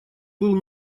был